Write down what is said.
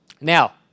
Now